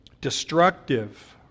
Destructive